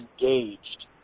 engaged